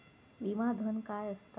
विमा धन काय असता?